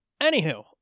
Anywho